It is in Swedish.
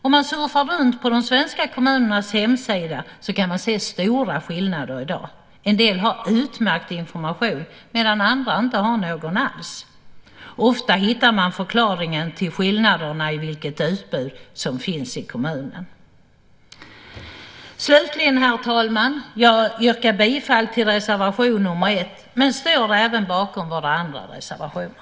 Om man surfar runt på de svenska kommunernas hemsidor kan man se stora skillnader i dag. En del har utmärkt information, medan andra inte har någon alls. Ofta hittar man förklaringen till skillnaderna i det utbud som finns i kommunen. Herr talman! Jag yrkar bifall till reservation nr 1, men står även bakom våra andra reservationer.